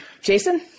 Jason